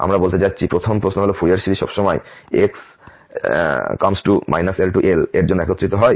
আমি বলতে চাচ্ছি প্রথম প্রশ্ন হল ফুরিয়ার সিরিজ সবসময় কোন x∈ L L এর জন্য একত্রিত হয়